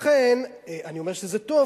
לכן אני אומר שזה טוב,